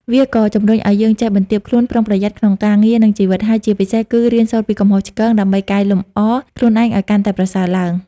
វាក៏ជំរុញឱ្យយើងចេះ បន្ទាបខ្លួន ប្រុងប្រយ័ត្ន ក្នុងការងារនិងជីវិត ហើយជាពិសេសគឺ រៀនសូត្រពីកំហុសឆ្គង ដើម្បីកែលម្អខ្លួនឯងឱ្យកាន់តែប្រសើរឡើង។